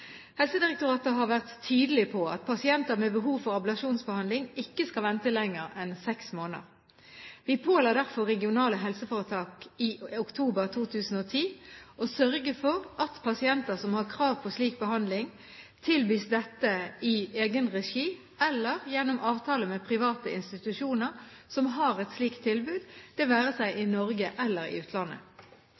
Helsedirektoratet har vært tydelig på at pasienter med behov for ablasjonsbehandling ikke skal vente lenger enn seks måneder. Vi påla derfor regionale helseforetak i oktober 2010 å sørge for at pasienter som har krav på slik behandling, tilbys dette i egen regi eller gjennom avtaler med private institusjoner som har et slikt tilbud, det være seg i Norge eller i utlandet.